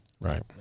Right